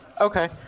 Okay